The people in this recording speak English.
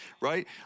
right